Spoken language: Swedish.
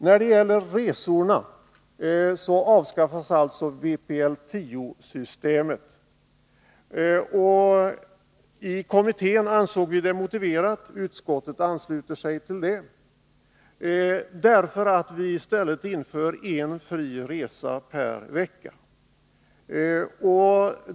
När det gäller resorna avskaffas alltså vpl 10-systemet. I kommittén ansåg vi detta motiverat — och utskottet ansluter sig till det — därför att vi i stället inför en fri resa per vecka.